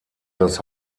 das